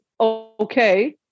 okay